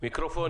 שלום רב.